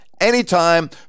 anytime